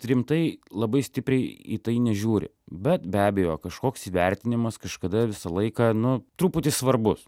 rimtai labai stipriai į tai nežiūri bet be abejo kažkoks įvertinimas kažkada visą laiką nu truputį svarbus